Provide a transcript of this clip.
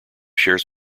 shares